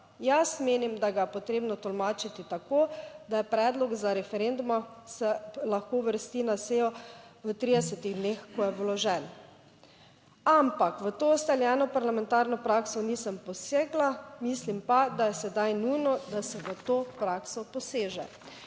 Jaz menim, da ga je potrebno tolmačiti tako, da je predlog za referendum, se lahko uvrsti na sejo v 30 dneh, ko je vložen, ampak, v to ustaljeno parlamentarno prakso nisem posegla. Mislim pa, da je sedaj nujno, da se v to prakso poseže."